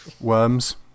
Worms